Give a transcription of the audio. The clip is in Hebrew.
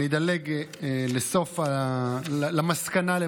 אדלג למסקנה: